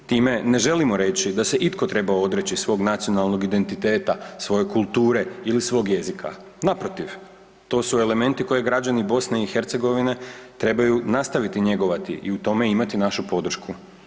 Time ne želimo reći da se itko treba odreći svog nacionalnog identiteta, svoje kulture ili svog jezika, naprotiv to su elementi koje građani BiH trebaju nastaviti njegovati i u tome imati našu podršku.